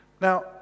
Now